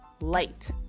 light